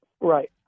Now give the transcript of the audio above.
right